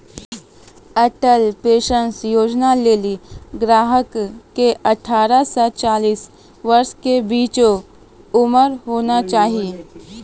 Atal pension योजना लेली ग्राहक के अठारह से चालीस वर्ष के बीचो उमर होना चाहियो